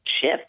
ship